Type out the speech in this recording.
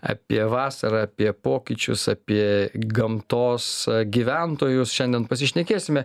apie vasarą apie pokyčius apie gamtos gyventojus šiandien pasišnekėsime